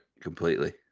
completely